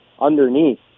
underneath